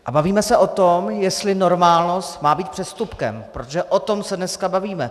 A bavíme se o tom, jestli normálnost má být přestupkem, protože o tom se dneska bavíme.